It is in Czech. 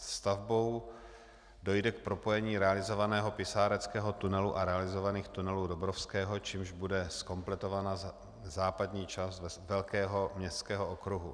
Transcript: Stavbou dojde k propojení realizovaného pisáreckého tunelu a realizovaných tunelů Dobrovského, čímž bude zkompletovaná západní část velkého městského okruhu.